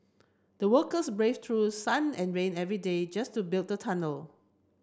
the workers braved through sun and rain every day just to build the tunnel